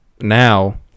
now